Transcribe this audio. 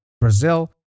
Brazil